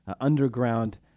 underground